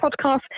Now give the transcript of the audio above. podcast